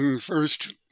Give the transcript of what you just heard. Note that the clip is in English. First